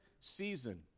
season